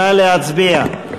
נא להצביע.